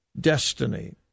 destiny